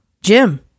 Jim